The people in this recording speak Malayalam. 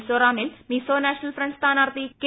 മിസോറാമിൽ മിസോ നാഷണൽ ഫ്രണ്ട് സ്ഥാനാർത്ഥി കെ